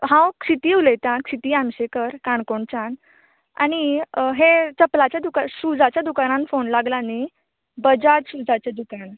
हांव क्षिती उलयतां क्षिती आंगशेंकर काणकोणच्यान आनी हे चपलाच्या दुकना शुजाच्या दुकनार फोन लागला न्ही बजाज शुजाचें दुकान